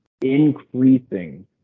increasing